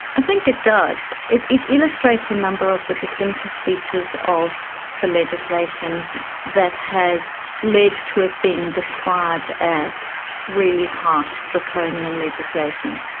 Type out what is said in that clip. i think it does. it it illustrates a number of the distinctive features of the legislation that has led to it being described as really harsh draconian legislation.